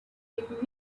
with